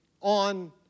on